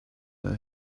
that